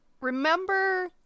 Remember